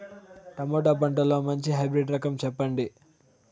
Tomato పంటలో మంచి hybrid రకం చెప్పండి?